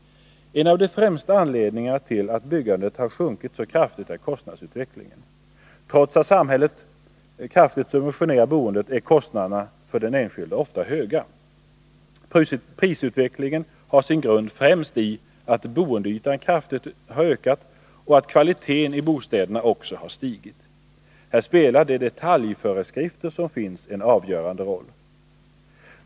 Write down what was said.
En av de främsta anledningarna till att byggandet har sjunkit så kraftigt är kostnadsutvecklingen. Trots att samhället kraftigt subventionerar boendet är kostnaderna för den enskilde ofta höga. Prisutvecklingen har sin grund främst att boendeytan kraftigt har ökat och att kvaliteten i bostäderna också har stigit. Här spelar de detaljföreskrifter som finns en avgörande roll.